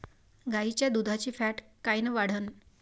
गाईच्या दुधाची फॅट कायन वाढन?